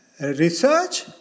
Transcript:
research